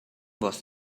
was